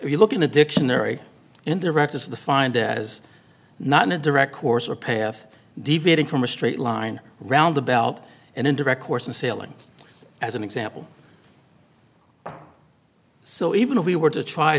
if you look in a dictionary and direct as the find that is not a direct course or path deviating from a straight line round the belt and indirect course and sailing as an example so even if we were to try